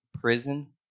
prison